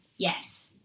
Yes